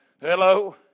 Hello